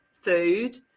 food